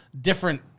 different